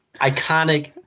Iconic